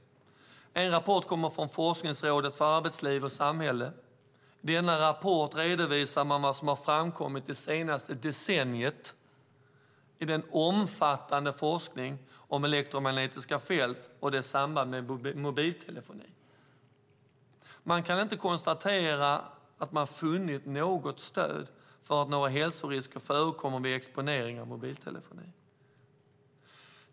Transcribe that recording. En rapport kommer från Forskningsrådet för arbetsliv och samhälle. I denna rapport redovisar man vad som framkommit det senaste decenniet i den omfattande forskningen om elektromagnetiska fält och deras samband med mobiltelefoni. Man kan konstatera att man inte funnit något stöd för att hälsorisker förekommer vid exponering av mobiltelefoni.